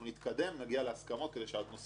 נתקדם ונגיע להסכמות כדי שהנושא הזה ייעשה.